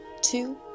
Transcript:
two